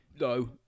No